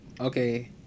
okay